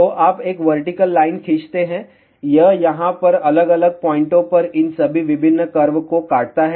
तो आप एक वर्टिकल लाइन खींचते हैं यह यहाँ पर अलग अलग पॉइंटओं पर इन सभी विभिन्न कर्व को काटता है